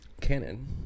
canon